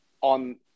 on